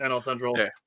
Central